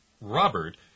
Robert